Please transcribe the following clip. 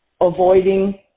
avoiding